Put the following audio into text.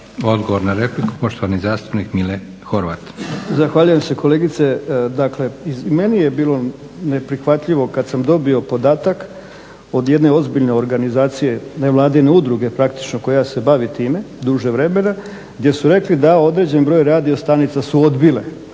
Odgovor na repliku, poštovani zastupnik Mile Horvat. **Horvat, Mile (SDSS)** Zahvaljujem se kolegice. Dakle, meni je bilo neprihvatljivo kad sam dobio podatak od jedne ozbiljne organizacije, nevladine udruge praktično koja se bavi time duže vremena, gdje su rekli da određen broj radiostanica su odbile,